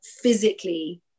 physically